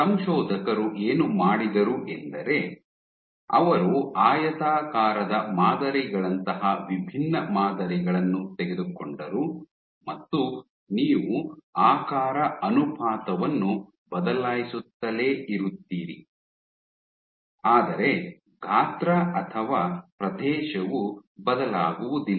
ಸಂಶೋಧಕರು ಏನು ಮಾಡಿದರು ಎಂದರೆ ಅವರು ಆಯತಾಕಾರದ ಮಾದರಿಗಳಂತಹ ವಿಭಿನ್ನ ಮಾದರಿಗಳನ್ನು ತೆಗೆದುಕೊಂಡರು ಮತ್ತು ನೀವು ಆಕಾರ ಅನುಪಾತವನ್ನು ಬದಲಾಯಿಸುತ್ತಲೇ ಇರುತ್ತೀರಿ ಆದರೆ ಗಾತ್ರ ಅಥವಾ ಪ್ರದೇಶವು ಬದಲಾಗುವುದಿಲ್ಲ